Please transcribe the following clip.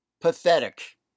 Pathetic